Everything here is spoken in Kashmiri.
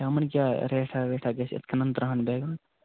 کیٛاہ ریٹھاہ ویٹھاہ گژھِ یِتھ کَنَن تٕرٛہَن بیگَن